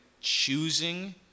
choosing